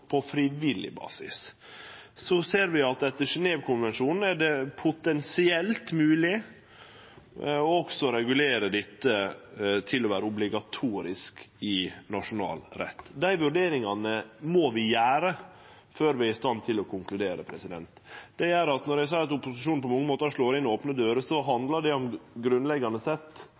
på frivillig basis. Vi ser at det etter Genève-konvensjonen er potensielt mogleg også å regulere dette til å vere obligatorisk i nasjonal rett. Dei vurderingane må vi gjere før vi er i stand til å konkludere. Når eg seier at opposisjonen på mange måtar slår inn opne dører, handlar det grunnleggjande sett